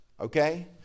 okay